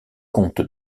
comte